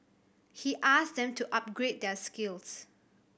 he asked them to upgrade their skills